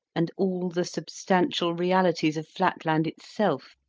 and all the substantial realities of flatland itself,